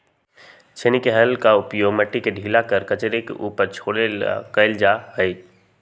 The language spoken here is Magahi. छेनी के हल के उपयोग मिट्टी के ढीला करे और कचरे के ऊपर छोड़े ला कइल जा हई